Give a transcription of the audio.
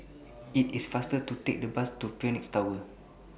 IT IS faster to Take The Bus to Phoenix Tower